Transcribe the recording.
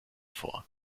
vor